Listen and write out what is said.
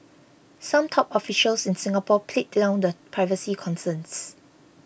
some top officials in Singapore played down the privacy concerns